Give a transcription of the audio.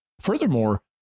Furthermore